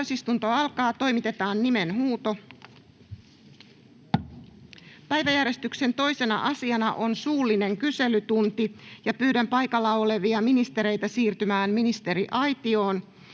=== RAW CONTENT === Päiväjärjestyksen 2. asiana on suullinen kyselytunti. Pyydän paikalla olevia ministereitä siirtymään ministeriaitioon.